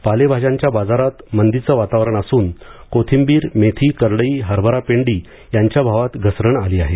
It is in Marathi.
पालेभाज्यांच्या बाजारात मंदीचं वातावरण असून कोथिंबीर मेथी करडई हरभरा गड्डी यांच्या भावात घसरण आली आहे